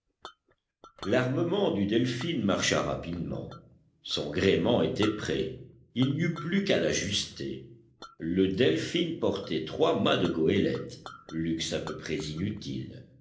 du delphin marcha rapidement son gréement était prêt il n'y eut plus qu'à l'ajuster le delphin portait trois mâts de goélette luxe à peu près inutile